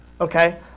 Okay